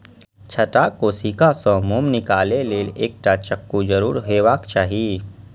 छत्ताक कोशिका सं मोम निकालै लेल एकटा चक्कू जरूर हेबाक चाही